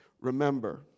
Remember